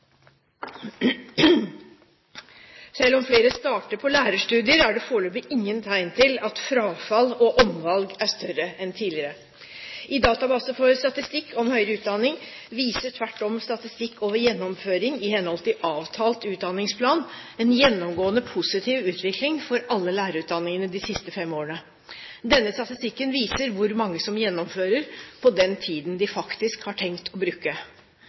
Selv om flere starter på lærerstudier, er det foreløpig ingen tegn til at frafall og omvalg er større enn tidligere. I Database for statistikk om høyere utdanning viser tvert om statistikk over gjennomføring i henhold til avtalt utdanningsplan en gjennomgående positiv utvikling for alle lærerutdanningene de siste fem årene. Denne statistikken viser hvor mange som gjennomfører på den tiden de faktisk